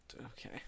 Okay